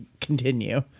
continue